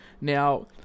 Now